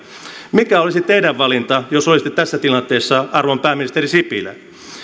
mikä olisi teidän valintanne jos olisitte tässä tilanteessa arvon pääministeri sipilä